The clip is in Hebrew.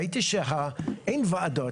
ראיתי שאין ועדות,